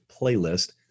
playlist